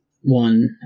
one